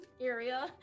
area